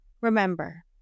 Remember